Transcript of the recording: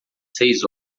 seis